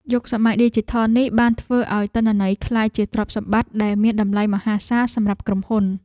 យុគសម័យឌីជីថលនេះបានធ្វើឱ្យទិន្នន័យក្លាយជាទ្រព្យសម្បត្តិដែលមានតម្លៃមហាសាលសម្រាប់ក្រុមហ៊ុន។